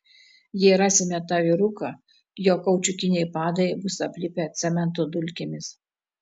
jei rasime tą vyruką jo kaučiukiniai padai bus aplipę cemento dulkėmis